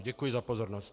Děkuji za pozornost.